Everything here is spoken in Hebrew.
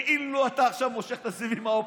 כאילו אתה עכשיו מושך את הסיבים האופטיים,